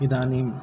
इदानीं